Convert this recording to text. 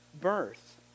birth